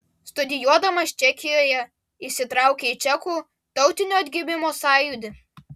studijuodamas čekijoje įsitraukė į čekų tautinio atgimimo sąjūdį